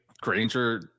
Granger